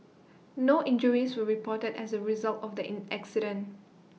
no injuries reported as A result of the in accident